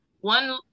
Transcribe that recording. one